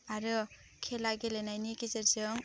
आरो खेला गेलेनायनि गेजेरजों